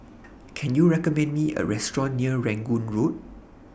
Can YOU recommend Me A Restaurant near Rangoon Road